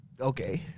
okay